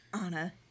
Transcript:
Anna